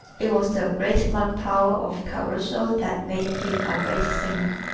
it was the great lung-power of caruso that made him a great singer.